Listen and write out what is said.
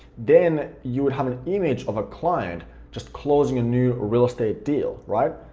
then you would have an image of a client just closing a new real estate deal, right?